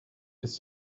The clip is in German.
ist